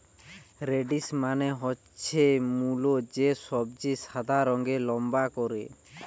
radish মানে হচ্ছে মুলো, যে সবজি সাদা রঙের লম্বা করে